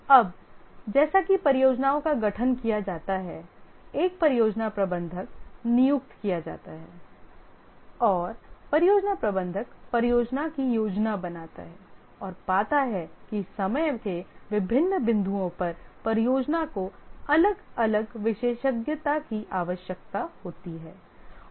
अब जैसा कि परियोजनाओं का गठन किया जाता है एक परियोजना प्रबंधक नियुक्त किया जाता है और परियोजना प्रबंधक परियोजना की योजना बनाता है और पाता है कि समय के विभिन्न बिंदुओं पर परियोजना को अलग अलग विशेषज्ञता की आवश्यकता होती है